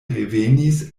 revenis